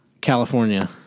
California